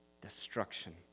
destruction